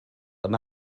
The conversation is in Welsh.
yma